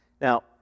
Now